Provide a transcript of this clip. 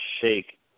shake